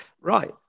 Right